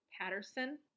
Patterson